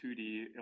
2D